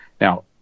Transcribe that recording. Now